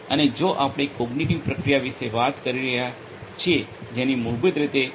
અને જો આપણે કોગ્નિટિવ પ્રક્રિયા વિશે વાત કરી રહ્યા છીએ જેની મૂળભૂત રીતે ગણતરી ઘનિષ્ઠ છે